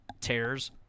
tears